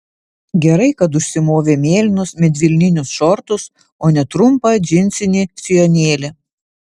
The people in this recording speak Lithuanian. gerai kad užsimovė mėlynus medvilninius šortus o ne trumpą džinsinį sijonėlį